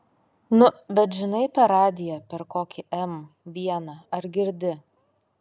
nu bet žinai per radiją per kokį m vieną ar girdi